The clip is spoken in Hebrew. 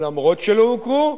ולמרות שלא הוכרו,